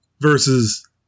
versus